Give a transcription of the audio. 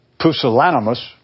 pusillanimous